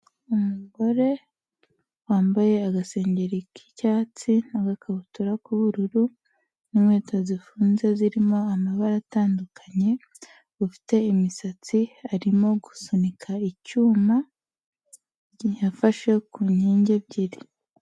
Umugore wambaye agasengeri k'icyatsi, n'akabutura k'ubururu, n'inkweto zifunze zirimo amabara atandukanye, ufite imisatsi arimo gusunika icyuma afashe ku nkingi ebyiri.